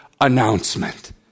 announcement